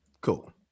cool